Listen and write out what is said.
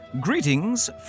greetings